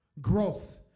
Growth